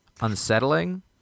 unsettling